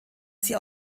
sie